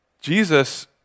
Jesus